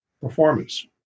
performance